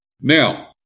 Now